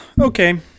Okay